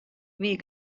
wie